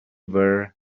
were